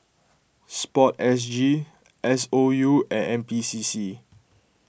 Sport S G S O U and N P C C